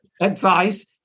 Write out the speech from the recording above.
Advice